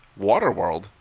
Waterworld